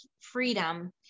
freedom